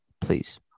Please